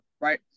right